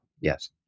Yes